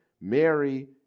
Mary